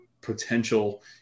potential